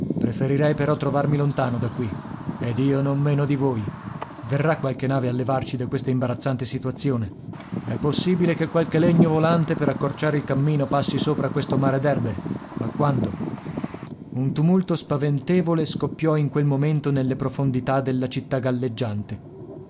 preferirei però trovarmi lontano da qui ed io non meno di voi verrà qualche nave a levarci da questa imbarazzante situazione è possibile che qualche legno volante per accorciare il cammino passi sopra questo mare d'erbe ma quando un tumulto spaventevole scoppiò in quel momento nelle profondità della città galleggiante